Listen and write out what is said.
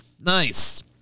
nice